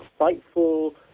insightful